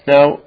Now